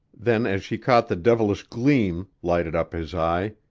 then as she caught the devilish gleam lighting up his eye,